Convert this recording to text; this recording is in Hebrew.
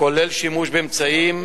כולל שימוש באמצעים,